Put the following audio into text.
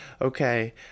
okay